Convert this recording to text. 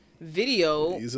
video